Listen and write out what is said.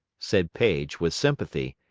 said paige, with sympathy,